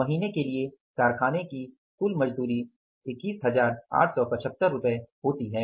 महीने के लिए कारखाने की कुल मजदूरी 21875 रुपये होती है